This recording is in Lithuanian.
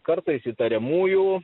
kartais įtariamųjų